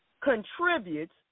Contributes